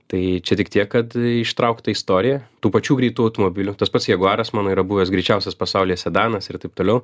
tai čia tik tiek kad ištraukt tą istoriją tų pačių greitų automobilių tas pats jaguaras mano yra buvęs greičiausias pasaulyje sedanas ir taip toliau